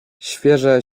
świeże